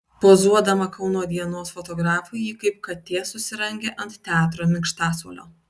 pozuodama kauno dienos fotografui ji kaip katė susirangė ant teatro minkštasuolio